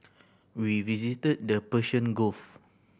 we visited the Persian Gulf